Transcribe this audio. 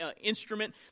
instrument